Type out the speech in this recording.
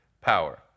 power